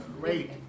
Great